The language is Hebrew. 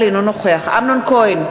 אינו נוכח אמנון כהן,